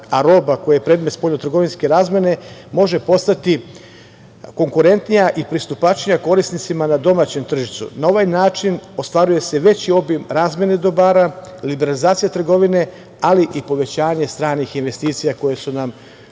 a roba koja je predmet spoljnotrgovinske razmene može postati konkurentnija i pristupačnija korisnicima na domaćem tržištu. Na ovaj način ostvaruje se veći obim razmene dobara, liberalizacija trgovine, ali i povećanje stranih investicija koje su nam